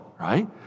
right